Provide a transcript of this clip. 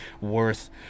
worth